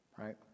right